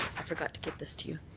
i forgot to give this to you.